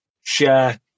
share